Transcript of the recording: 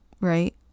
right